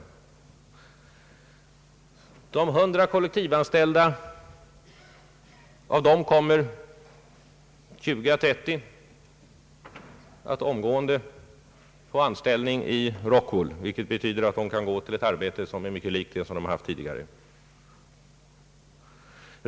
Av de 100 kollektivanställda kommer 20 å 30 att omgående få anställning i Rockwool, vilket betyder att de kan gå till ett arbete som är mycket likt det som de haft tidigare.